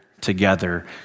together